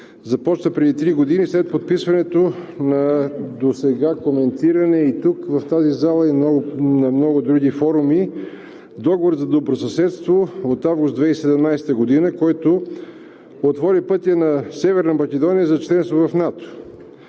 започна преди три години след подписването на досега коментирания в тази зала и на много други форуми Договор за добросъседство от месец август 2017 г., който отвори пътя на Северна Македония за членство в НАТО.